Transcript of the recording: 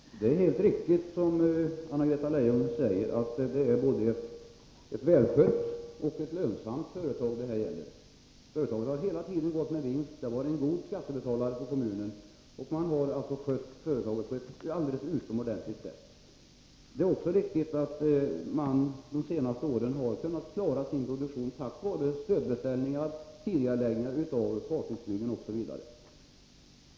Herr talman! Det är helt riktigt, som Anna-Greta Leijon säger, att det här gäller ett både välskött och lönsamt företag. Företaget har hela tiden gått med vinst, och det har varit en god skattebetalare i kommunen. Företaget har alltså skötts på ett alldeles utomordentligt sätt. Det är också riktigt att man under de senaste åren har kunnat klara sin produktion tack vare stödbeställningar, tidigareläggningar av fartygsbyggen, osv.